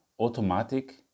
automatic